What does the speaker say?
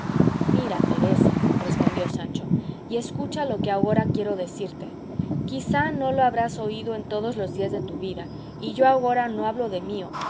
mira teresa respondió sancho y escucha lo que agora quiero decirte quizá no lo habrás oído en todos los días de tu vida y yo agora no hablo de mío